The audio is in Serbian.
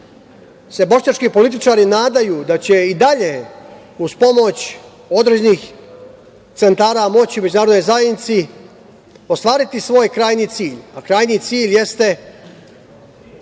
se bošnjački političari nadaju da će i danje uz pomoć određenih centara moći u međunarodnoj zajednici ostvariti svoj krajnji cilj, a krajnji cilj jeste